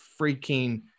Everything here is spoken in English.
freaking